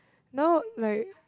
now like